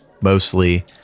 mostly